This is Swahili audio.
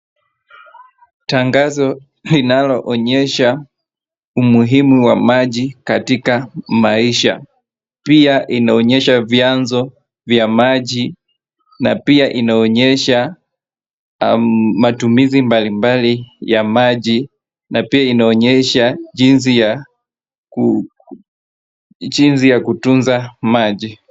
Tangazo linalo onyesha umuhimu wa maji katika maisha pia inaonyesha vyanzo vya maji na pia inaonyesha matumizi mbalimbali ya maji na pia inaonyesha jinsi ya kutunza maji.